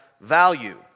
value